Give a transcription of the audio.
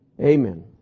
amen